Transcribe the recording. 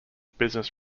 business